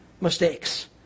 mistakes